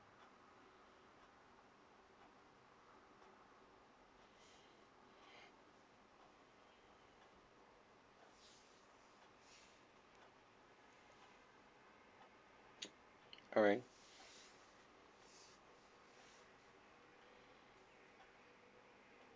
alright